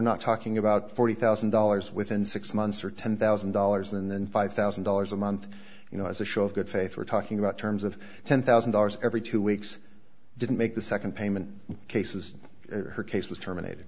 not talking about forty thousand dollars within six months or ten thousand dollars and five thousand dollars a month you know as a show of good faith we're talking about terms of ten thousand dollars every two weeks didn't make the second payment cases her case was terminated